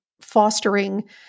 fostering